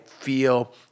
feel